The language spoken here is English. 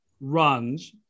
runs